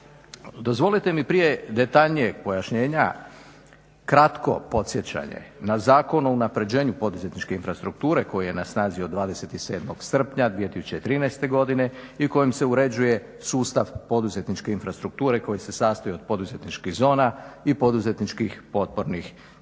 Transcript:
Dozvolite mi prije detaljnijeg pojašnjenja kratko podsjećanje na Zakon o unapređenju poduzetničke infrastrukture koji je na snazi od 27. srpnja 2013. godine i kojim se uređuje sustav poduzetničke infrastrukture koji se sastoji od poduzetničkih zona i poduzetničkih potpornih institucija,